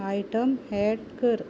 item add कर